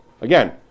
Again